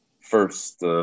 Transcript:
first